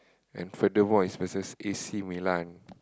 and furthermore it's versus A_C-Milan